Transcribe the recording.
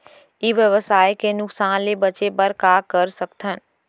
ई व्यवसाय के नुक़सान ले बचे बर का कर सकथन?